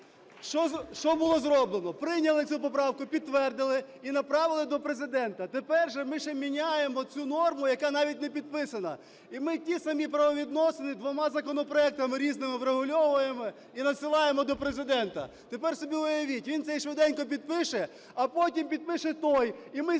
Що було зроблено? Прийняли цю поправку, підтвердили і направили до Президента. Тепер же ми ще міняємо цю норму, яка навіть не підписана. І ми ті самі правовідносини двома законопроектами різними врегульовуємо і надсилаємо до Президента. Тепер собі уявіть, він цей швиденько підпише, а потім підпише той. І ми знівелюємо